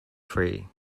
free